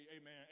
Amen